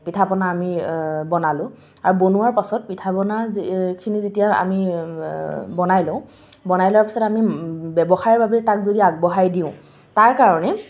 পিঠাপনা আমি বনালোঁ আৰু বনোৱাৰ পাছত পিঠাপনা যিখিনি যেতিয়া আমি বনাই লওঁ বনাই লোৱাৰ পাছত আমি ব্যৱসায়ৰ বাবে তাক যদি আগবঢ়াই দিওঁ তাৰ কাৰণে